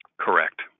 Correct